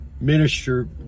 minister